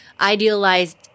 Idealized